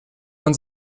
man